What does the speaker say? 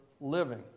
living